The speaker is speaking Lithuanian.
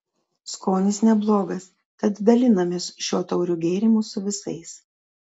skonis neblogas tad dalinamės šiuo tauriu gėrimu su visais